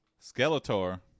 Skeletor